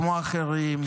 כמו אחרים,